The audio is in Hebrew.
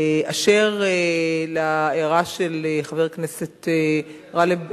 אשר להערה של חבר הכנסת גאלב,